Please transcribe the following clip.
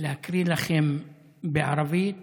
להקריא לכם בערבית